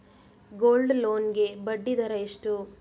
Gold loan ಗೆ ಬಡ್ಡಿ ದರ ಎಷ್ಟು?